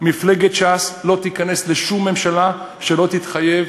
מפלגת ש"ס לא תיכנס לשום ממשלה שלא תתחייב